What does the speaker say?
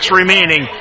remaining